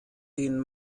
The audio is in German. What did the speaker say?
denen